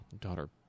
Daughter